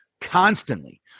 constantly